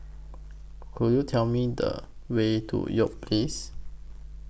Could YOU Tell Me The Way to York Place